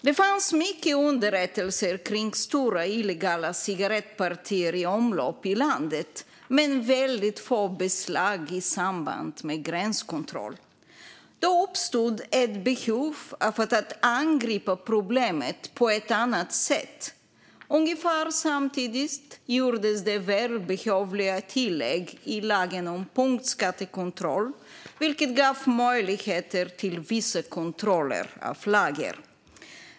Det fanns mycket underrättelser om stora illegala cigarrettpartier som var i omlopp i landet men väldigt få beslag i samband med gränskontroll. Då uppstod ett behov av att angripa problemet på ett annat sätt. Ungefär samtidigt gjordes välbehövliga tillägg i lagen om punktskattekontroll, vilket gav möjligheter till vissa kontroller av lager.